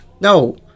no